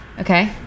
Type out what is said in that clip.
Okay